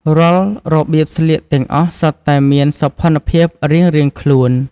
រាល់របៀបស្លៀកទាំងអស់សុទ្ធតែមានសោភ័ណភាពរៀងៗខ្លួន។